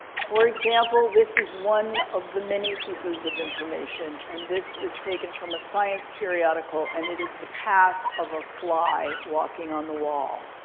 for example, this is one of the many pieces of information. and this is taken from a science periodical. and it is the path of a fly walking on the wall.